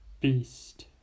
beast